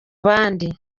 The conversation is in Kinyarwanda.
bandi